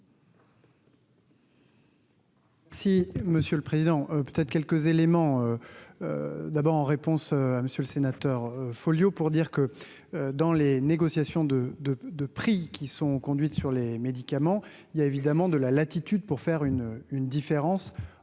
Monsieur le Président, peut-être quelques éléments d'abord en réponse à monsieur le sénateur, Folio pour dire que dans les négociations de de de prix qui sont conduites sur les médicaments, il y a évidemment de la latitude pour faire une une différence